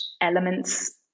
elements